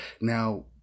now